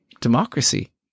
democracy